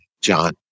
John